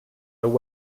their